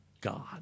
God